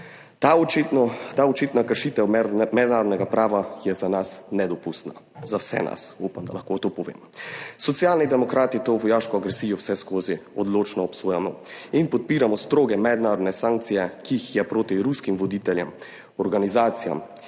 Ta očitna kršitev mednarodnega prava je za nas nedopustna, za vse nas, upam, da lahko to povem. Socialni demokrati to vojaško agresijo vseskozi odločno obsojamo in podpiramo stroge mednarodne sankcije, ki jih je proti ruskim voditeljem, organizacijam